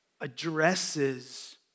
addresses